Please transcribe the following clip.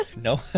No